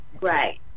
Right